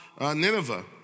Nineveh